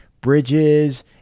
bridges